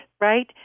right